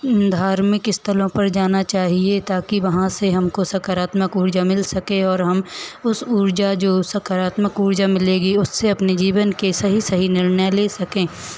धार्मिक स्थलों पर जाना चाहिए ताकि वहाँ से हमको सकारात्मक ऊर्जा मिल सके और हम उस ऊर्जा जो सकारात्मक ऊर्जा मिलेगी उससे अपने जीवन के सही सही निर्णय ले सकें